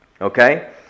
Okay